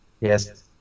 Yes